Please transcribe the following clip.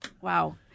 Wow